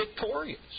victorious